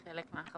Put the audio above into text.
זה חלק מהחוויה.